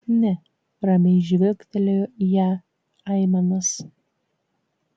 ne ramiai žvilgtelėjo į ją aimanas